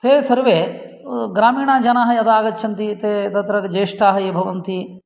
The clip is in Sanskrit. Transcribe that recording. ते सर्वे ग्रामीणजनाः यदा आगच्छन्ति ते तत्र ज्येष्ठाः ये भवन्ति